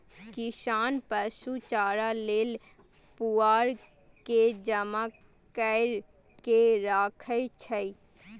किसान पशु चारा लेल पुआर के जमा कैर के राखै छै